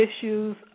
issues